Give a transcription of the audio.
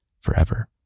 forever